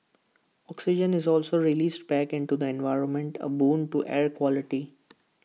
oxygen is also released back into the environment A boon to air quality